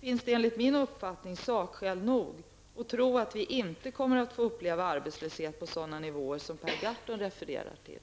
finns det enligt min uppfattning sakskäl nog att tro att vi inte kommer att få uppleva arbetslöshet på sådana nivåer som Per Gahrton refererar till.